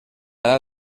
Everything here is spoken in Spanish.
edad